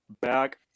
back